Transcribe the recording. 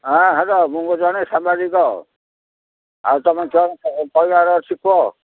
ହଁ ହ୍ୟାଲୋ ମୁଁ ଜଣେ ସାମ୍ବାଦିକ ଆଉ ତୁମର କ'ଣ କହିବାର ଅଛି କୁହ